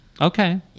okay